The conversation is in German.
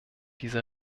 diese